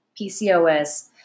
PCOS